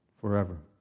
forever